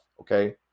okay